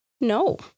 No